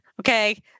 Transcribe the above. Okay